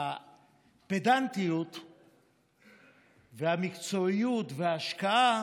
הפדנטיות והמקצועיות וההשקעה